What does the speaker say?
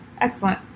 Excellent